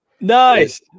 Nice